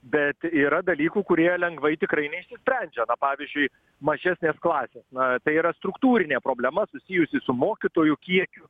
bet yra dalykų kurie lengvai tikrai neišsisprendžia pavyzdžiui mažesnės klasės na tai yra struktūrinė problema susijusi su mokytojų kiekiu